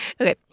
Okay